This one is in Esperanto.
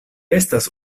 estas